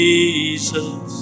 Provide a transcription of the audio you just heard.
Jesus